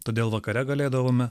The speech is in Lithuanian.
todėl vakare galėdavome